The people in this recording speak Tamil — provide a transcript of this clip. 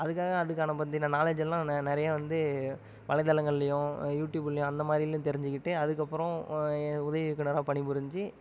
அதுக்காக அதுக்கான நம்ம அந்த நாலேஜ் எல்லாம் நிறைய வந்து வலைத்தளங்களையும் யூடுப்லேயும் அந்த மாதிரி தெரிஞ்சுக்கிட்டு அதுக்கப்புறம் உதவி இயக்குனராக பணிபுரிஞ்சு